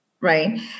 Right